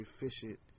efficient